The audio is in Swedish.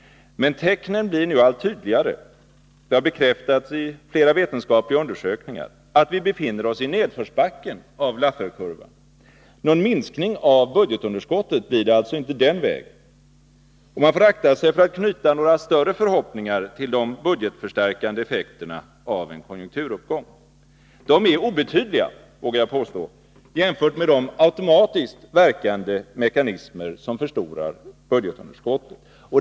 Men tecknen blir allt tydligare — det har bekräftats i flera vetenskapliga undersökningar — på att vi befinner oss i nerförsbacken av Lafferkurvan. Någon minskning av budgetunderskottet blir det alltså inte den vägen, och man får akta sig för att knyta några större förhoppningar till de budgetförstärkande effekterna av en konjunkturuppgång. De är obetydliga, vågar jag påstå, jämfört med de automatiskt verkande mekanismer som förstorar budgetunderskotten.